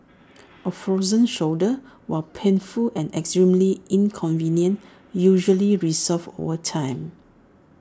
A frozen shoulder while painful and extremely inconvenient usually resolves over time